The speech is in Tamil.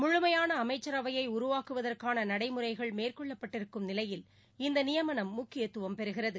முழுமையான அமைச்சரவையைஉருவாக்குவதற்கானநடை முறைகள் மேற்கொள்ளப்பட்டிருக்கும் நிலையில் இந்தநியமனம் முக்கியத்துவம் பெறுகிறது